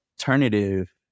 alternative